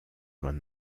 man